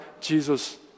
Jesus